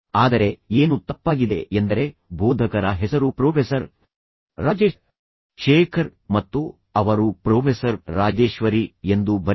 ಆದರೆ ಏನು ತಪ್ಪಾಗಿದೆ ಎಂದರೆ ಬೋಧಕರ ಹೆಸರು ಪ್ರೊಫೆಸರ್ ರಾಜೇಶ್ ಶೇಖರ್ ಮತ್ತು ಅವರು ಪ್ರೊಫೆಸರ್ ರಾಜೇಶ್ವರಿ ಎಂದು ಬರೆದರು